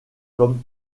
comme